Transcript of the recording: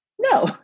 no